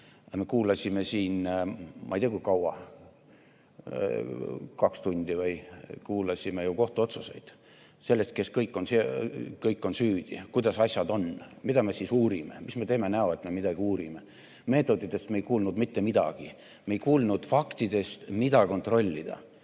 me kuulasime siin ei tea kui kaua – kaks tundi? – kohtuotsuseid, et kes kõik on süüdi ja kuidas asjad on. Mida me siis uurime? Miks me teeme näo, et me midagi uurime? Meetoditest me ei kuulnud mitte midagi, me ei kuulnud faktidest, mida kontrollida